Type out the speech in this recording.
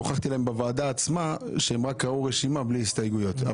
אבל הוכחתי בוועדה עצמה שהם רק ראו רשימה בלי הסתייגויות.